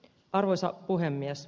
arvoisa puhemies